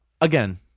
again